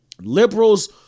liberals